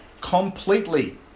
completely